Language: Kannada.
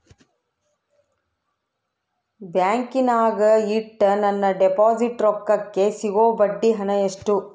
ಬ್ಯಾಂಕಿನಾಗ ಇಟ್ಟ ನನ್ನ ಡಿಪಾಸಿಟ್ ರೊಕ್ಕಕ್ಕೆ ಸಿಗೋ ಬಡ್ಡಿ ಹಣ ಎಷ್ಟು?